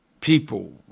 people